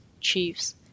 chiefs